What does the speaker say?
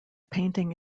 painting